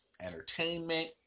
entertainment